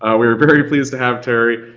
ah we are very pleased to have terry.